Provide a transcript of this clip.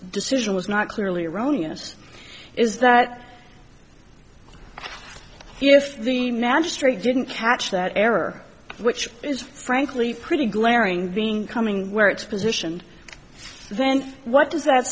decision was not clearly erroneous is that if the magistrate didn't catch that error which is frankly pretty glaring being coming where it's position then what does that